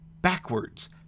backwards